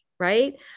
right